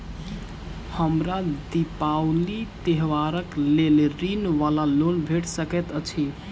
हमरा दिपावली त्योहारक लेल ऋण वा लोन भेट सकैत अछि?